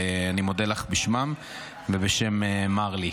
ואני מודה לך בשמם ובשם מרלי.